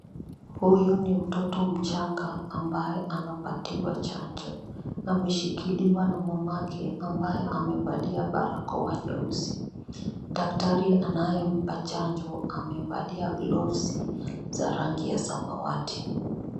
Huyu ni mtoto mchanga ambaye anapatiwa chanjo. Ameshikiliwa na mamake ambaye amevalia barakoa nyeusi. Daktari anayempa chanjo anavalia gloves za rangi ya samawati.